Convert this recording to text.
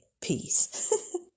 Peace